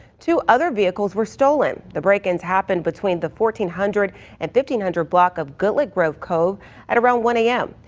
two other vehicles were stolen! the break ins happened between the fourteen hundred and fifteen hundred block of goodlett grove cove at around one a m.